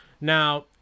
Now